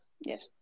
Yes